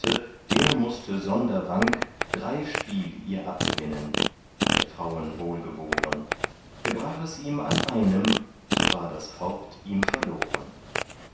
der mußte sonder wank drei spiel ihr abgewinnen der frauen wohlgeboren gebrach es ihm an einem so war das haupt ihm verloren